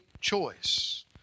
choice